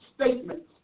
statements